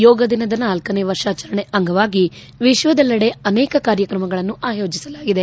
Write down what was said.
ಯೋಗ ದಿನದ ನಾಲ್ಲನೇ ವರ್ಷಾಚರಣೆ ಅಂಗವಾಗಿ ವಿಶ್ವದೆಲ್ಲೆಡೆ ಅನೇಕ ಕಾರ್ಯಕ್ರಮಗಳನ್ನು ಆಯೋಜಿಸಲಾಗಿದೆ